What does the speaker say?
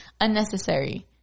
unnecessary